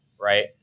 right